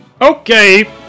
Okay